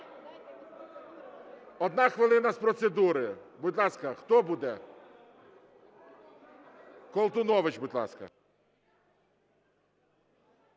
Одна хвилина – з процедури. Будь ласка, хто буде? Колтунович, будь ласка.